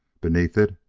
beneath it,